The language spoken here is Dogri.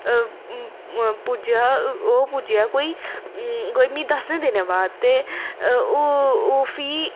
अ पुज्जेआ ओह् पुज्जेआ कोई कोई मीं दस्सें दिनें बाद ते ओह् फ्ही